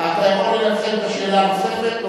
אתה יכול לנצל את השאלה הנוספת.